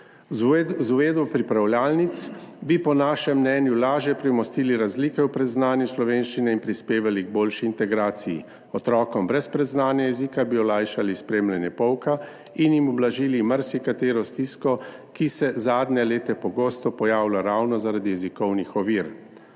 Z uvedbo pripravljalnic bi, po našem mnenju, lažje premostili razlike v predznanju slovenščine in prispevali k boljši integraciji. Otrokom brez predznanja jezika bi olajšali spremljanje pouka in jim ublažili marsikatero stisko, ki se zadnja leta pogosto pojavlja ravno zaradi jezikovnih ovir.